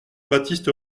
baptiste